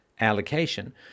allocation